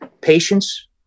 Patience